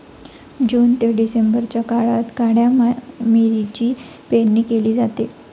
जून ते डिसेंबरच्या काळात काळ्या मिरीची पेरणी केली जाते